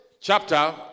chapter